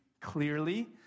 clearly